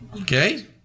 Okay